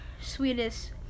sweetest